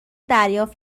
دریافت